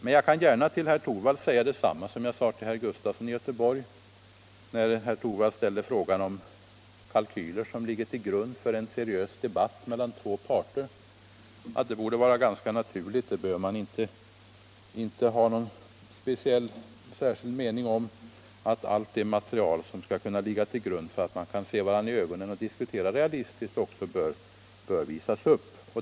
Som svar på herr Torwalds fråga om de kalkyler som ligger till grund för en seriös debatt mellan två parter kan jag gärna säga detsamma som jag sade till herr Sven Gustafson i Göteborg: Det borde vara naturligt — det behöver jag inte uttala någon särskild mening om — att allt det material som behövs för att man skall kunna se varandra i ögonen och diskutera realistiskt också bör visas upp.